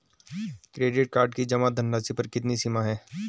Credit card की जमा धनराशि पर कितनी सीमा है?